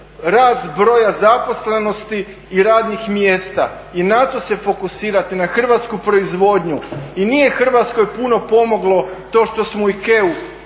broja zaposlenosti radnih mjesta i na to se fokusirati, na hrvatsku proizvodnju. I nije Hrvatskoj puno pomoglo to što smo IKEA-u,